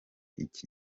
iki